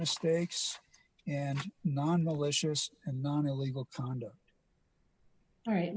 mistakes and non malicious and non illegal conduct all right